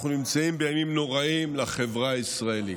אנחנו נמצאים בימים נוראים לחברה הישראלית.